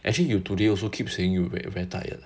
actually you today also keep saying you very very tired